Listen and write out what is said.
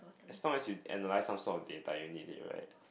as long as you analyse some sort of data you need it right